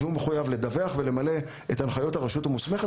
והוא מחויב לדווח ולמלא את הנחיות הרשות המוסמכת,